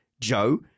Joe